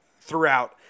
throughout